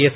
S